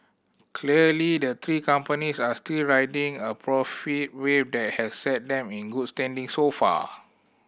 clearly the three companies are still riding a profit wave that has set them in good standing so far